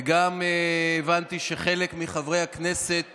וגם הבנתי שחלק מחברי הכנסת